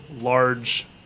large